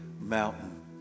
mountain